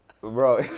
Bro